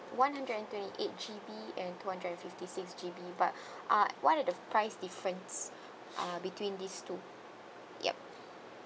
one hundred and twenty eight G_B and two hundred and fifty six G_B but uh what are the price difference uh between these two yup